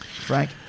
Frank